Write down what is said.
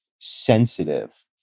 sensitive